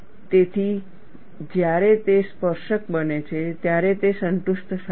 તેથી જ્યારે તે સ્પર્શક બને છે ત્યારે તે સંતુષ્ટ થાય છે